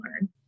learn